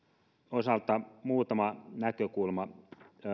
osalta muutama näkökulma